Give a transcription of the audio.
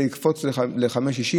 זה יקפוץ ל-5.60,